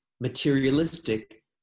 materialistic